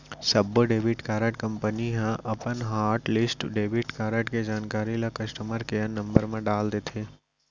सब्बो debit card company ह अपन हॉटलिस्ट डेबिट कारड के जानकारी ल कस्टमर केयर नंबर म डाल देथे